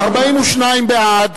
42, בעד,